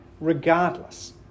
regardless